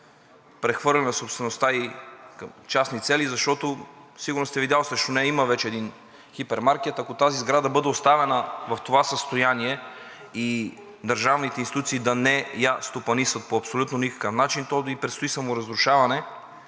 прехвърлена собствеността ѝ към частни цели, защото сигурно сте видял, че срещу нея вече има един хипермаркет. Ако тази сграда бъде оставена в това състояние и държавните институции не я стопанисват по абсолютно никакъв начин, то ѝ предстои саморазрушаване,